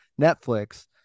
Netflix